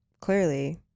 clearly